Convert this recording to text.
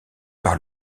par